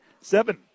seven